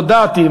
הודעתי,